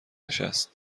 نشست